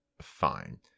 fine